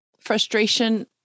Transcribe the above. frustration